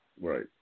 Right